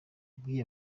yabwiye